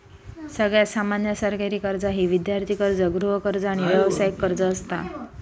सगळ्यात सामान्य सरकारी कर्जा ही विद्यार्थी कर्ज, गृहकर्ज, आणि व्यावसायिक कर्ज असता